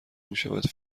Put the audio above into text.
میشود